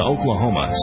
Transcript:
Oklahoma